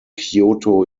kyoto